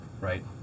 right